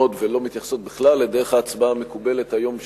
ולא מתייחסות בכלל לדרך ההצבעה המקובלת היום,